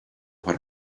what